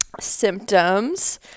symptoms